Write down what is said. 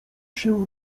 się